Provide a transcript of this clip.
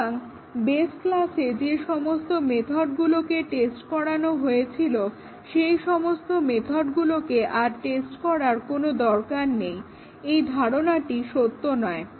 সুতরাং বেস ক্লাসে যে সমস্ত মেথডগুলো টেস্ট করা হয়েছিল সেই সমস্ত মেথডগুলোকে আর টেস্ট করার দরকার নেই এই ধারণাটি সত্য নয়